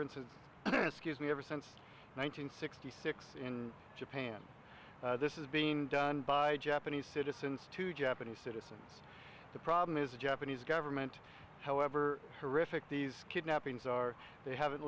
erances scuse me ever since one thousand sixty six in japan this is being done by japanese citizens to japanese citizens the problem is the japanese government however horrific these kidnappings are they haven't